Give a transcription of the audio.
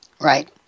Right